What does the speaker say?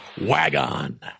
WagOn